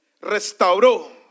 restauró